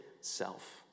self